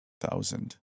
thousand